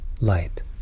Light